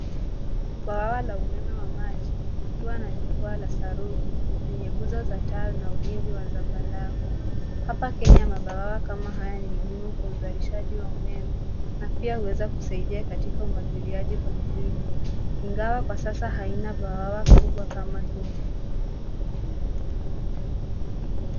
Bwawa la umeme wa maji likiwa na jukwaa la saruji lenye nguzo za taa na ulingo wa zambarau. Hapa Kenya mabwawa kama haya ni muhimu kwa uzalishaji wa umeme na pia huweza kusaidia katika umwagiliaji kwa kilimo ingawa kwa sasa haina bwawa kubwa kama hii.